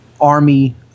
army